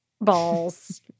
balls